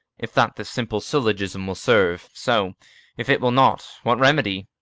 if that this simple syllogism will serve, so if it will not, what remedy?